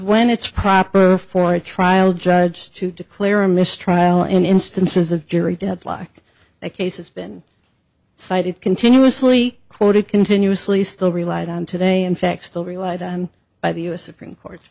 when it's proper for a trial judge to declare a mistrial in instances of jury deadlock a case has been cited continuously quoted continuously still relied on today in fact still relied on by the u s supreme court